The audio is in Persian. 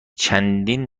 چندین